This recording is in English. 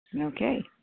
Okay